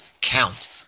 count